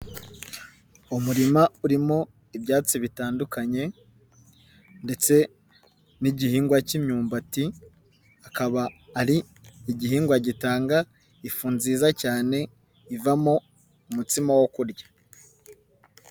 Umurima urimo ibyatsi bitandukanye ndetse n'igihingwa k'imyumbati, akaba ari igihingwa gitanga ifu nziza cyane ivamo umutsima wo kurya.